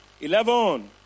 Eleven